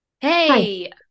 Hey